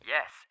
Yes